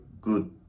good